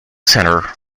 centre